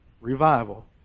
Revival